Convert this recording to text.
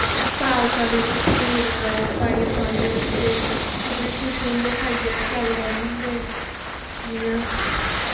पालकै बिच पनीर पाईऐ खंदे बच्चे ओह् बी खुश होंदे खाईऐ शलगम होंदे जियां